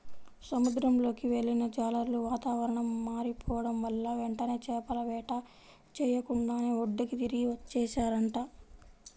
సముద్రంలోకి వెళ్ళిన జాలర్లు వాతావరణం మారిపోడం వల్ల వెంటనే చేపల వేట చెయ్యకుండానే ఒడ్డుకి తిరిగి వచ్చేశారంట